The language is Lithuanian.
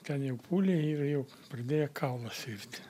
ten jau pūliai ir jau pradėję kaulas irti